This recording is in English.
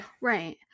Right